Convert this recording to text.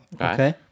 Okay